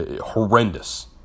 horrendous